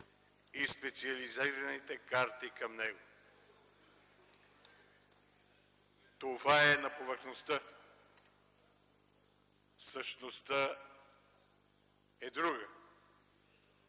и специализираните карти към него. Това е на повърхността. Същността е друга.